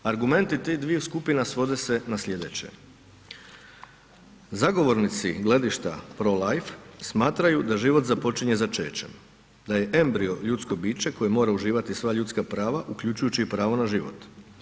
Argumenti tih dviju skupina svode se na sljedeće, zagovornici gledišta pro-life smatraju da život počinje začećem, da je embrio ljudsko biće koje mora uživati sva ljudska prava, uključujući i pravo na život.